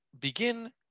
begin